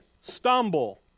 stumble